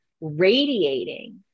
Radiating